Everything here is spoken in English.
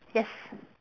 yes